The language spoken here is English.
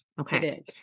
Okay